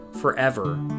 forever